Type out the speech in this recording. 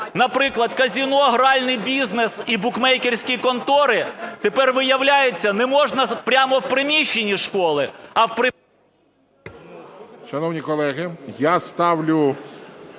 наприклад, казино, гральний бізнес і букмекерські контори тепер виявляється не можна, прямо в приміщенні школи…